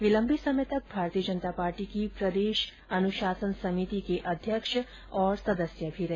ये लम्बे समय तक भारतीय जनता पार्टी की प्रदेश अनुशासन समिति के अध्यक्ष और सदस्य भी रहे